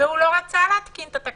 והוא לא רצה להתקין את התקנות.